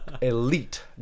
elite